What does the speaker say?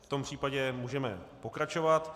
V tom případě můžeme pokračovat.